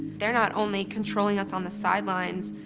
they're not only controlling us on the sidelines,